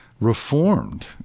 Reformed